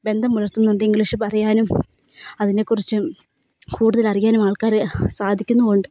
ബന്ധം പുലർത്തുന്നുണ്ട് ഇംഗ്ലീഷ് പറയാനും അതിനെക്കുറിച്ചും കൂടുതൽ അറിയാനും ആൾക്കാർ സാധിക്കുന്നും ഉണ്ട്